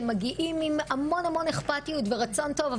הם מגיעים עם המון אכפתיות ורצון טוב,